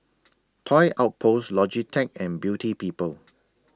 Toy Outpost Logitech and Beauty People